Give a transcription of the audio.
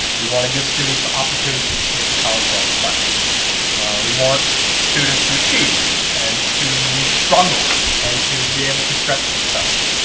we want to give students the opportunity to take a college level class we want students to achieve and to struggle and to be able to stretch themselves